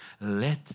let